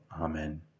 amen